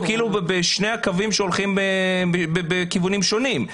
אנחנו כאילו בשני הקווים שהולכים בכיוונים שונים,